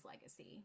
legacy